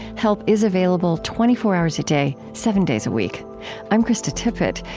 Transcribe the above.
help is available twenty four hours a day, seven days a week i'm krista tippett.